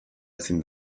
ezin